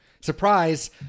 Surprise